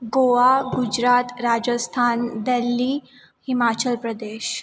Goa Gujarat Rajasthan Delhi Himachal Pradesh